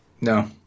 No